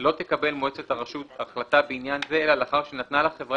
לא תקבל מועצת הרשות החלטה בעניין זה אלא לאחר שנתנה לחברה